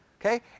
Okay